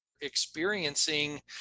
experiencing